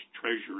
Treasury